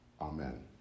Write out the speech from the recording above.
Amen